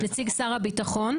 נציג שר הביטחון,